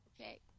Okay